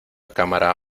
cámara